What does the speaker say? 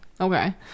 Okay